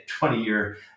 20-year